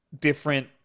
different